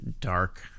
dark